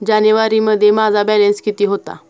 जानेवारीमध्ये माझा बॅलन्स किती होता?